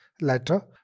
letter